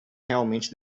realmente